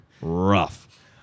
Rough